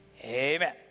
Amen